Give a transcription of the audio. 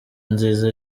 nziza